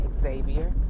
Xavier